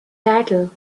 title